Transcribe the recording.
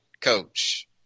coach